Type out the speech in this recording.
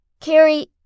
Carrie